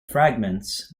fragments